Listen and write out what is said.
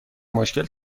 مشکل